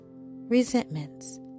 Resentments